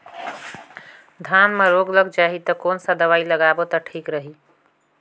धान म रोग लग जाही ता कोन सा दवाई लगाबो ता ठीक रही?